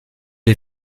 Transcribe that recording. les